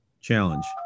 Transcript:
challenge